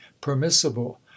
permissible